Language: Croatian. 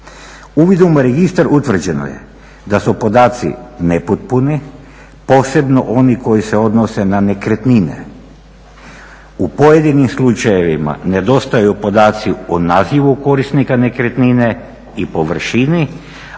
Uvidom u registar utvrđeno je da su podaci nepotpuni, posebno oni koji se odnose na nekretnine. U pojedinim slučajevima nedostaju podaci o nazivu korisnika nekretnine i površini